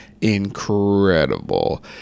incredible